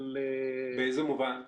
באיזה מובן?